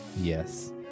Yes